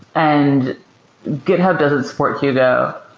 and github doesn't support hugo,